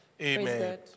Amen